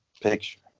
Picture